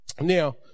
now